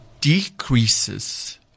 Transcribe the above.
decreases